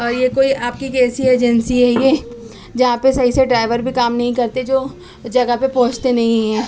یہ کوئی آپ کی کیسی ایجنسی ہے یہ جہاں پہ صحیح سے ڈرائیور بھی کام نہیں کرتے جو جگہ پہ پہنچتے نہیں ہیں